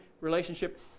relationship